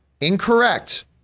Incorrect